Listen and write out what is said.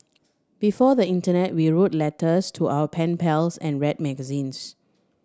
before the internet we wrote letters to our pen pals and read magazines